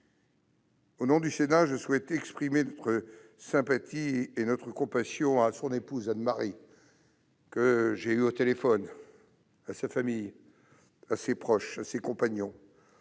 Au nom du Sénat, je souhaite exprimer notre sympathie et notre compassion à son épouse, Anne-Marie, à qui j'ai parlé au téléphone, à sa famille, à ses proches, à ses compagnons,